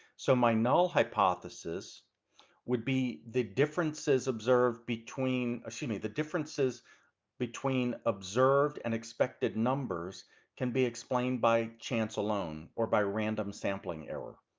so my null hypothesis would be the differences observed between excuse me, the differences between observed and expected numbers can be explained by chance alone, or by random sampling error.